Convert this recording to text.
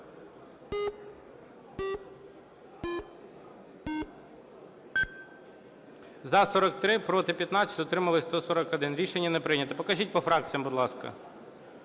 За-43 Проти – 15, утрималися – 141. Рішення не прийнято. Покажіть по фракціях, будь ласка.